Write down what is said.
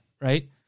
Right